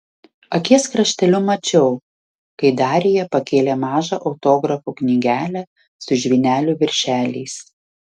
akies krašteliu mačiau kai darija pakėlė mažą autografų knygelę su žvynelių viršeliais